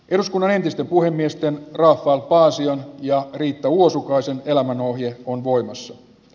eduskunnan entistä puhemiesten rafael paasion ja riitta uosukaisen elämänohje on voimassa